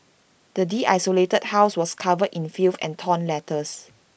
the desolated house was covered in filth and torn letters